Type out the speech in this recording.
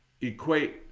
equate